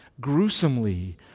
gruesomely